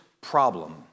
problem